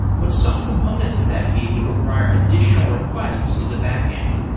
but some components of that feed would require additional requests to the backend.